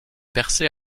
percé